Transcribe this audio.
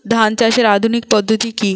ধান চাষের আধুনিক পদ্ধতি কি?